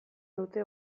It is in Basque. dute